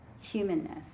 humanness